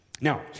Now